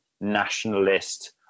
nationalist